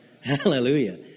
Hallelujah